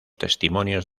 testimonios